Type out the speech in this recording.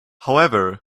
however